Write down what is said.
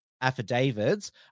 affidavits